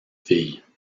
filles